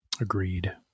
agreed